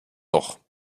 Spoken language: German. noch